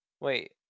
Wait